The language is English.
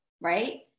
right